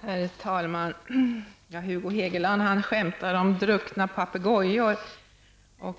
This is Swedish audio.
Herr talman! Hugo Hegeland skämtar om druckna papegojor.